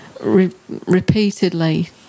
repeatedly